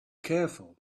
careful